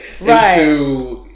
right